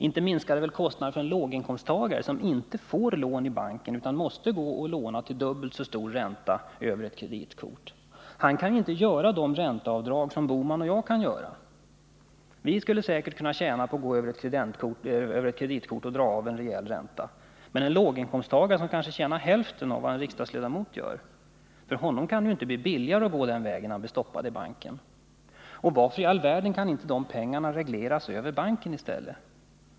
Inte minskar den väl kostnaderna för en låginkomsttagare som inte får lån i bank utan måste låna till dubbelt så hög ränta över ett kreditkort? Han kaninte göra det ränteavdrag som Gösta Bohman och jag kan göra. Vi skulle säkert kunna tjäna på att gå över ett kreditkort och dra av en rejäl ränta. Men för en låginkomsttagare, som kanske tjänar hälften av vad en riksdagsleda mot gör, kan det inte bli billigare att gå den vägen, när han blir stoppad i banken! Och varför i all världen kan inte den krediten regleras över banken i stället?